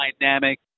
dynamic